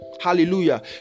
Hallelujah